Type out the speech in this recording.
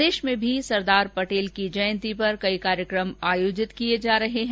प्रदेश में भी सरदार पटेल की जयंती पर कई कार्यक्रम आयोजित किए जा रहे है